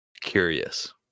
curious